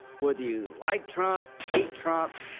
whether you like trump, hate trump,